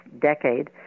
decade